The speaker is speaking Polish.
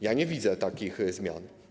Ja nie widzę takich zmian.